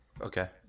Okay